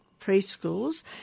preschools